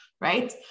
right